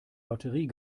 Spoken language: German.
lotterie